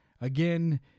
Again